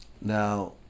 Now